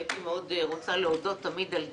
הייתי רוצה להודות תמיד על דיון,